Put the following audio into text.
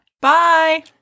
bye